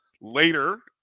later